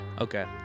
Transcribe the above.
Okay